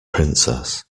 princess